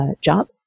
job